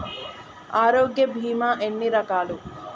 ఆరోగ్య బీమా ఎన్ని రకాలు?